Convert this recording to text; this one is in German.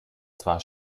zwar